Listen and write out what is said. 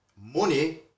money